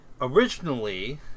originally